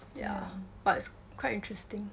yeah but it's quite interesting